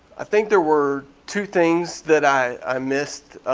i think there were two things that i i missed.